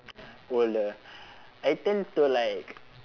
older I tend to like